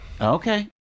Okay